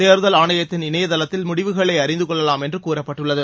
தேர்தல் ஆணையத்தின் இணையதளத்தில் முடிவுகளை அறிந்து கொள்ளலாம் என்று கூறப்பட்டுள்ளது